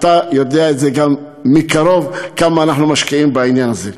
אתה יודע מקרוב כמה אנחנו משקיעים בעניין הזה.